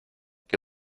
que